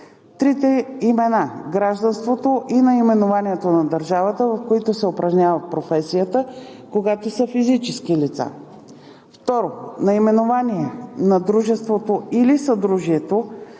трите имена, гражданството и наименованието на държавата, в която се упражнява професията, когато са физически лица; 2. наименование на дружеството или съдружието,